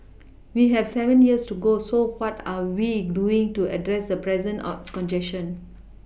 we have seven years to go so what are we doing to address the present are congestion